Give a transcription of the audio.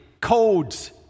codes